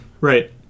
Right